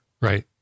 Right